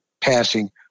passing